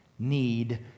need